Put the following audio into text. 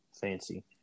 Fancy